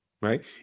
Right